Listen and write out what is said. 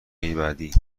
بعدی